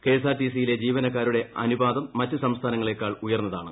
K S R T C യിലെ ജീവനക്കാരുടെ അനുപാതം മറ്റ് സംസ്ഥാനങ്ങളെക്കാൾ ഉയർന്നതാണ്